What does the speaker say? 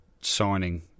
signing